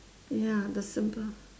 ya the simple